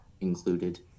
included